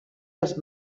els